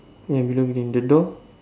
where below the door